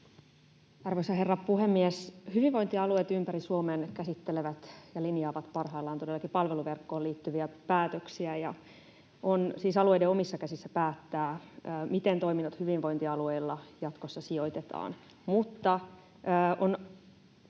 Arvoisa herra puhemies! Hyvinvointialueet ympäri Suomen käsittelevät ja linjaavat parhaillaan todellakin palveluverkkoon liittyviä päätöksiä, ja on siis alueiden omissa käsissä päättää, miten toiminnot hyvinvointialueilla jatkossa sijoitetaan.